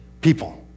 people